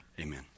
amen